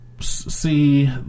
see